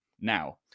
Now